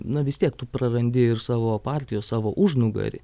na vis tiek tu prarandi ir savo partijos savo užnugarį